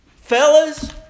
Fellas